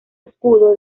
escudo